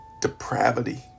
depravity